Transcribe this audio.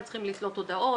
הם צריכים לתלות הודעות,